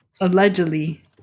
allegedly